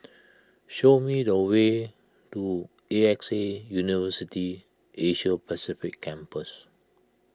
show me the way to A X A University Asia Pacific Campus